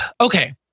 Okay